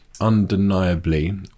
undeniably